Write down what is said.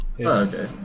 okay